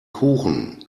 kuchen